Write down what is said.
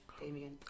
Damien